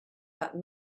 that